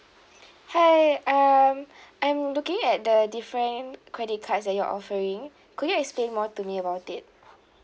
hi um I'm looking at the different credit cards that you're offering could you explain more to me about it